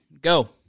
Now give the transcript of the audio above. Go